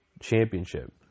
championship